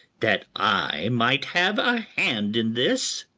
that i might have a hand in this!